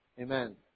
Amen